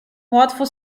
łatwo